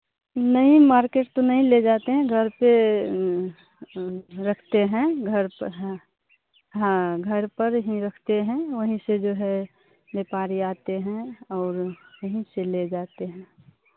नहीं मार्केट तो नहीं ले जाते हैं घर पर रखते हैं घर पर हाँ हाँ घर पर ही रखते हैं वहीं से जो है व्यापारी आते हैं और यहीं से ले जाते हैं